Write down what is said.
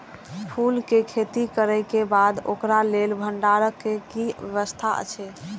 फूल के खेती करे के बाद ओकरा लेल भण्डार क कि व्यवस्था अछि?